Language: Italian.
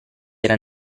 era